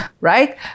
right